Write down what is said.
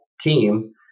team